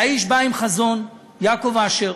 האיש, יעקב אשר,